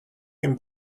him